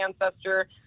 ancestor